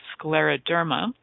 scleroderma